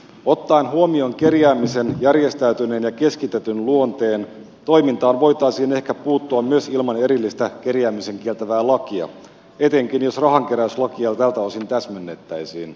ottaen huomioon kerjäämisen järjestäytyneen ja keskitetyn luonteen toimintaan voitaisiin ehkä puuttua myös ilman erillistä kerjäämisen kieltävää lakia etenkin jos rahankeräyslakia tältä osin täsmennettäisiin